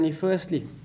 firstly